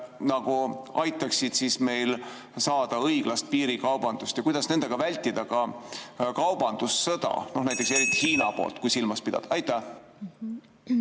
need aitaksid meil saada õiglast piirikaubandust? Ja kuidas nendega vältida kaubandussõda, näiteks eriti Hiinat silmas pidades? Aitäh!